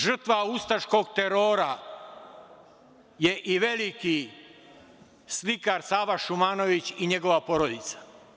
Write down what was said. Žrtva ustaškog terora je i veliki slikar Sava Šumanović i njegova porodica.